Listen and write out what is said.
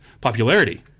Popularity